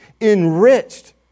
enriched